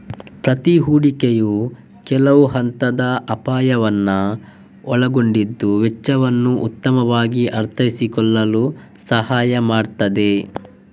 ಪ್ರತಿ ಹೂಡಿಕೆಯು ಕೆಲವು ಹಂತದ ಅಪಾಯವನ್ನ ಒಳಗೊಂಡಿದ್ದು ವೆಚ್ಚಗಳನ್ನ ಉತ್ತಮವಾಗಿ ಅರ್ಥಮಾಡಿಕೊಳ್ಳಲು ಸಹಾಯ ಮಾಡ್ತದೆ